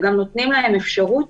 אנחנו גם נותנים להם אפשרות